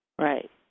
Right